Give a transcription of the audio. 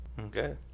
Okay